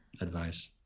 advice